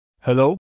Hello